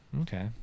Okay